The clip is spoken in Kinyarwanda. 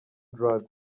drugs